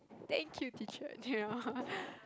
thank you teacher